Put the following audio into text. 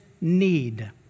need